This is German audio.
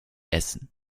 essen